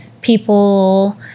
people